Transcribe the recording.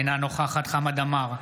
אינה נוכחת חמד עמאר,